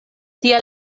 tie